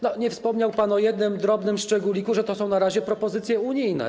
Nie wspomniał pan o jednym drobnym szczególiku, że to są na razie propozycje unijne.